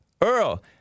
Earl